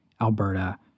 Alberta